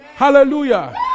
Hallelujah